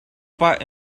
pah